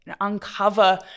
uncover